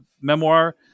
memoir